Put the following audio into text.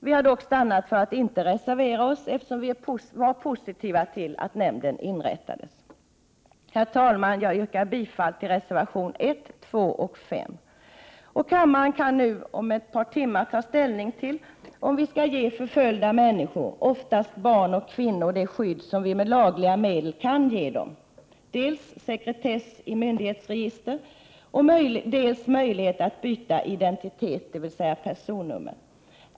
Vi har dock stannat för att inte reservera oss, eftersom vi var positiva till att nämnden inrättades. Herr talman! Jag yrkar bifall till reservationerna 1, 2 och 5. Kammaren kan om ett par timmar ta ställning till om vi skall ge förföljda människor, oftast barn och kvinnor, det skydd som vi med lagliga medel kan 81 ge dem. Det gäller dels sekretess i alla myndighetsregister, dels möjlighet att byta identitet, dvs. personnummer.